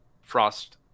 frost